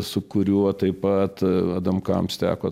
su kuriuo taip pat adamkams teko